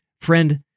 Friend